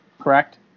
correct